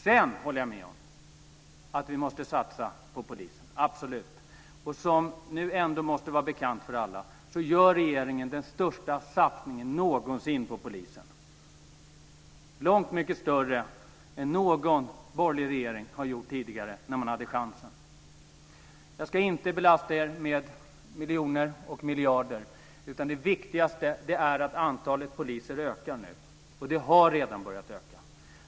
Sedan håller jag med om att vi måste satsa på polisen - absolut! Som nu ändå måste vara bekant för alla gör regeringen den största satsningen någonsin på polisen. Den är långt mycket större än vad någon borgerlig regering har gjort tidigare när man har haft chansen. Jag ska inte belasta er med miljoner och miljarder, utan det viktigaste är att antalet poliser ökar nu. Och det har redan börjat öka!